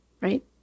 Right